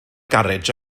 garej